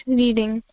reading